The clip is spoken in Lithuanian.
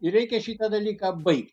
ir reikia šitą dalyką baigt